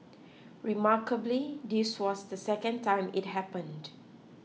remarkably this was the second time it happened